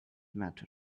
matter